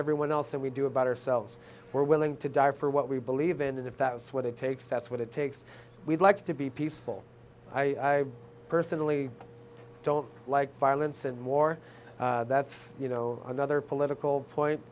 everyone else than we do about ourselves we're willing to die for what we believe in and if that's what it takes that's what it takes we'd like to be peaceful i personally don't like violence and war that's you know another political point